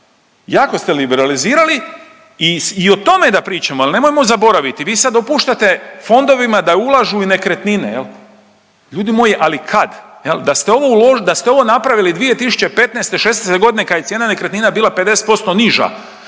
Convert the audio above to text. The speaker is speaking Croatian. jako ste liberalizirali i o tome da pričamo jel nemojmo zaboraviti vi sad dopuštate fondovima da ulažu u nekretnine. Ljudi moji ali kad? Da ste ovo napravili 2015., '16.g. kad je cijena nekretnine bila 50% niža